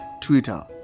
Twitter